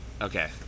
Okay